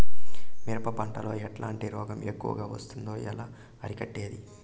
మిరప పంట లో ఎట్లాంటి రోగం ఎక్కువగా వస్తుంది? ఎలా అరికట్టేది?